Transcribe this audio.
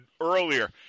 earlier